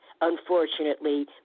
unfortunately